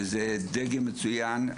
וזה דגם מצוין.